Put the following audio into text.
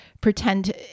Pretend